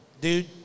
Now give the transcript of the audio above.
dude